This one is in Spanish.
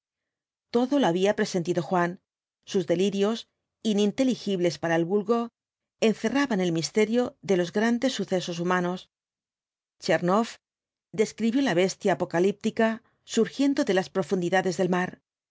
todo lo había presentido juan sus delirios ininteligibles para el vulgo encerraban el misterio de los grandes sucesos humanos tchernoff describió ía bestia apocalíptica surgiendo de las profundidades del mar era